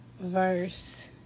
verse